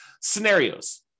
scenarios